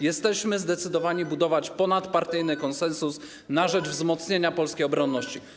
Jesteśmy zdecydowani budować ponadpartyjny konsensus na rzecz wzmocnienia polskiej obronności.